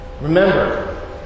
Remember